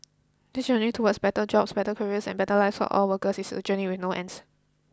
this journey towards better jobs better careers and better lives for all workers is a journey with no end